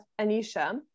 Anisha